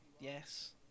yes